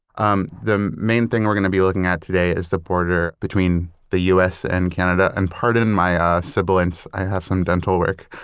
um the main thing we're going to be looking at today is the border between the u s. and canada. and pardon my ah sibilants, i have some dental work